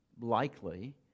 likely